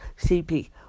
CP